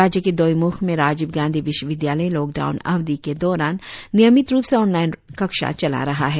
राज्य के दोईम्ख में राजीव गांधी विश्वविद्यालय लॉकडाउन अवधि के दौरान नियमित रूप से ऑनलाइन कक्षा चला रहा है